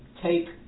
take